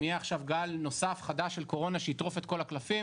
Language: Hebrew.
אם יהיה עכשיו גל נוסף חדש של קורונה שיטרוף את כל הקלפים,